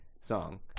song